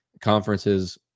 conference's